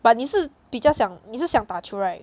but 你是比较想你是想打球 right